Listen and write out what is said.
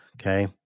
Okay